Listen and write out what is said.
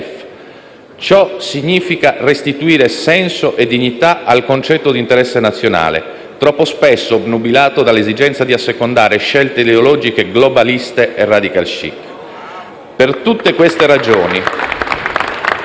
Ciò significa restituire senso e dignità al concetto di interesse nazionale, troppo spesso obnubilato dall'esigenza di assecondare scelte ideologiche globaliste e *radical chic*. *(Applausi dai